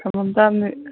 ꯊꯃꯝꯇꯥꯕꯅꯤ